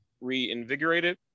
reinvigorated